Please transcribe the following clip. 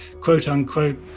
quote-unquote